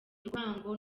urwango